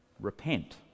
repent